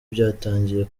byatangiye